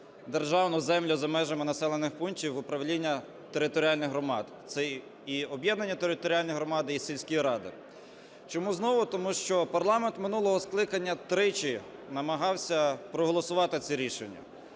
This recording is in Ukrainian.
державну землю за межами населених пунктів, в управління територіальних громад. Це і об'єднані територіальні громади, і сільські ради. Чому знову? Тому що парламент минулого скликання тричі намагався проголосувати це рішення.